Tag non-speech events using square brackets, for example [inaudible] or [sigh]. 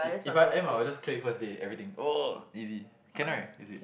it if I am I will just cleared it first day everything [noise] easy can right easy